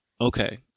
Okay